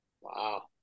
Wow